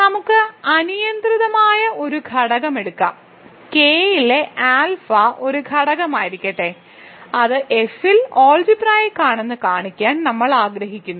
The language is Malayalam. നമുക്ക് അനിയന്ത്രിതമായ ഒരു ഘടകം എടുക്കാം കെയിലെ ആൽഫ ഒരു ഘടകമായിരിക്കട്ടെ അത് F ൽ അൾജിബ്രായിക്ക് ആണെന്ന് കാണിക്കാൻ നമ്മൾ ആഗ്രഹിക്കുന്നു